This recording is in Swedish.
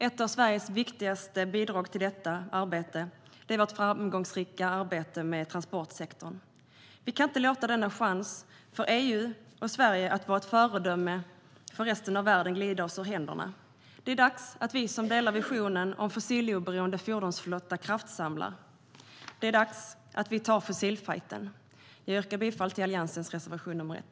Ett av Sveriges viktigaste bidrag till detta arbete är vårt framgångsrika arbete med transportsektorn. Vi kan inte låta denna chans för EU och Sverige att vara ett föredöme för resten av världen glida oss ur händerna. Det är dags att vi som delar visionen om en fossiloberoende fordonsflotta kraftsamlar. Det är dags att vi tar fossilfighten. Jag yrkar bifall till Alliansens reservation 1.